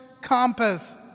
compass